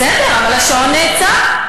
בסדר, אבל השעון נעצר.